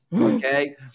okay